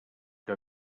que